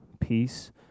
peace